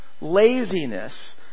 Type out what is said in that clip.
laziness